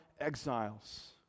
exiles